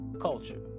culture